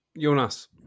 Jonas